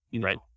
Right